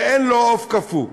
ואין לו עוף קפוא,